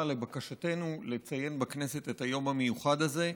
לבקשתנו לציין בכנסת את היום המיוחד הזה,